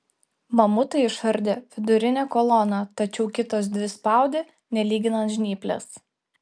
mamutai išardė vidurinę koloną tačiau kitos dvi spaudė nelyginant žnyplės